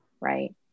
right